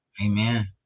Amen